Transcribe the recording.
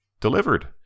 delivered